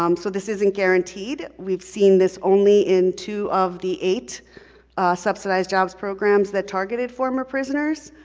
um so this isn't guaranteed, we've seen this only in two of the eight subsidized jobs programs that targeted former prisoners,